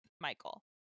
michael